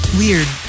weird